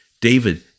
David